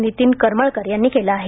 नितीन करमळकर यांनी केले आहे